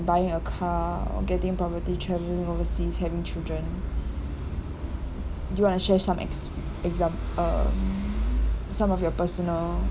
buying a car or getting property travelling overseas having children do you want to share some ex~ examp~ uh some of your personal